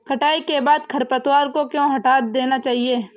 कटाई के बाद खरपतवार को क्यो हटा देना चाहिए?